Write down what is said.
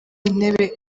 intebe